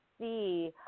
see